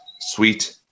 sweet